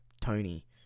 Tony